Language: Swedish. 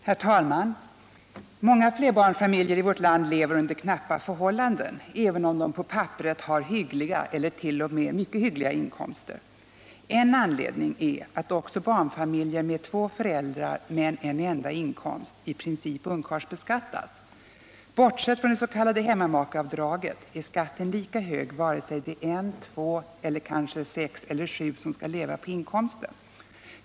Herr talman! Många flerbarnsfamiljer i vårt land lever under knappa förhållanden, även om de på papperet har hyggliga — eller t.o.m. mycket hyggliga — inkomster. En anledning är att också barnfamiljer med två föräldrar men en enda inkomst i princip ungkarlsbeskattas. Bortsett från det 189 s.k. hemmamakeavdraget är skatten lika hög vare sig det är en, två eller sex, sju som skall leva på inkomsten.